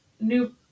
new